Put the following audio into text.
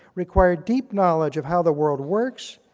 require deep knowledge of how the world works,